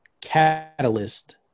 catalyst